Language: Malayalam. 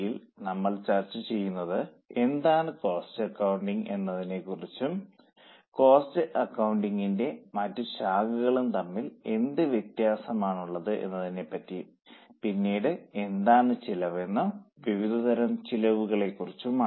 T നമ്മൾ ചർച്ച ചെയ്യുന്നത് എന്താണ് കോസ്റ്റ് അക്കൌണ്ടിങ് എന്നതിനെക്കുറിച്ചും കോസ്റ്റും അക്കൌണ്ടിങ്ങിന്റെ മറ്റു ശാഖകളും തമ്മിൽ എന്ത് വ്യത്യാസമാണുള്ളത് എന്നതിനെപ്പറ്റിയും പിന്നീട് എന്താണ് ചെലവ് എന്നും വിവിധതരം ചെലവ്കളെയും കുറിച്ചാണ്